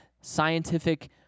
scientific